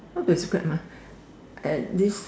how to scrape ah at this